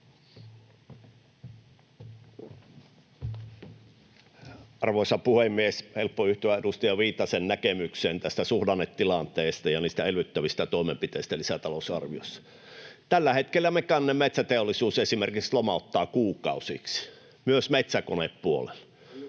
Arvoisa puhemies! On helppo yhtyä edustaja Viitasen näkemykseen tästä suhdannetilanteesta ja niistä elvyttävistä toimenpiteistä lisätalousarviossa. Tällä hetkellä mekaaninen metsäteollisuus esimerkiksi lomauttaa kuukausiksi myös metsäkonepuolella.